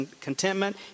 contentment